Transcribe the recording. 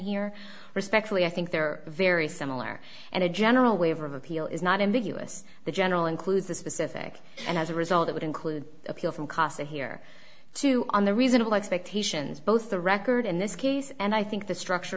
here respectfully i think they're very similar and a general waiver of appeal is not ambiguous the general includes the specific and as a result it would include appeal from casa here to on the reasonable expectations both the record in this case and i think the structure